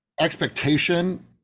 Expectation